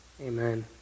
Amen